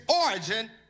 origin